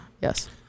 Yes